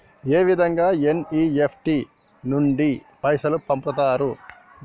ఏ విధంగా ఎన్.ఇ.ఎఫ్.టి నుండి పైసలు పంపుతరు?